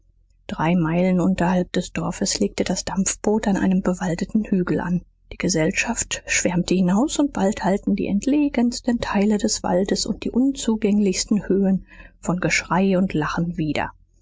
drei meilen unterhalb des dorfes legte das dampfboot an einem bewaldeten hügel an die gesellschaft schwärmte hinaus und bald hallten die entlegensten teile des waldes und die unzugänglichsten höhen von geschrei und lachen wider